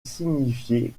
signifier